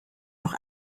noch